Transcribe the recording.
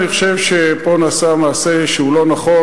אני חושב שפה נעשה מעשה שהוא לא נכון,